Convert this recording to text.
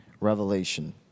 Revelation